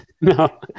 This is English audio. No